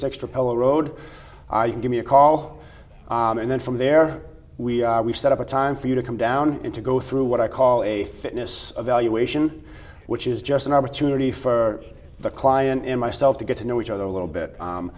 six propeller road give me a call and then from there we set up a time for you to come down into go through what i call a fitness evaluation which is just an opportunity for the client and myself to get to know each other a little bit